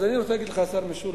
אז אני רוצה להגיד לך, השר משולם,